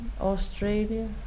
Australia